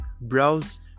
browse